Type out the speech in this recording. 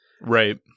Right